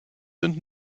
sind